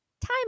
Time